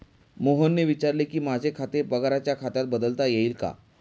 मोहनने विचारले की, माझे खाते पगाराच्या खात्यात बदलता येईल का